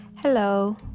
hello